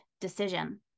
decision